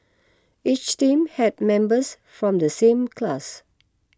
each team had members from the same class